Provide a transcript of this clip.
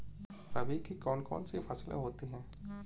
रबी की कौन कौन सी फसलें होती हैं?